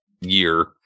year